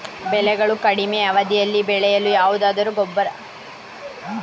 ಬೆಳೆಗಳು ಕಡಿಮೆ ಅವಧಿಯಲ್ಲಿ ಬೆಳೆಯಲು ಯಾವುದಾದರು ಗೊಬ್ಬರ ಸಿಗುತ್ತದೆಯೇ?